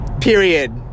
Period